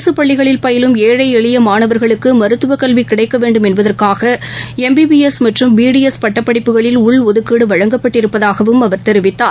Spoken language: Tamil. அரசுபள்ளிகளில் பயிலம் ஏழைஎளியமாணவர்களுக்குமருத்துவக்கல்விகிடைக்கவேண்டும் என்பதற்காகளம்பிபிஎஸ் மற்றும் பிடிஎஸ் பட்டப்படிப்புகளில் உள் ஒதுக்கீடுவழங்கப்பட்டிருப்பதாகவும் அவர் தெரிவித்தார்